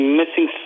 missing